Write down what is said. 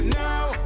now